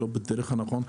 לא בדרך הנכונה.